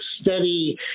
steady